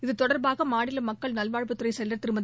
இது தொடர்பாக மாநில மக்கள் நல்வாழ்வுத்துறை செயல் திருமதி